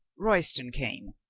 royston came,